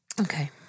Okay